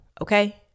Okay